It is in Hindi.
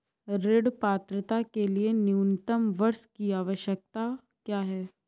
ऋण पात्रता के लिए न्यूनतम वर्ष की आवश्यकता क्या है?